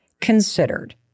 considered